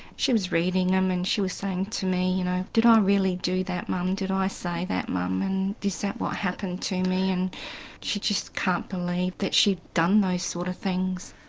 she was reading them and she was saying to me you know did i really do that mum, did i say that mum, and is that what happened to me and she just can't believe that she'd done those sort of things.